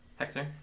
Hexer